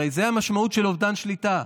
הרי זו המשמעות של אובדן שליטה,